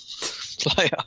player